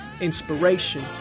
inspiration